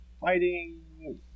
fighting